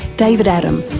david adam,